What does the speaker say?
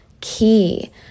key